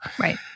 Right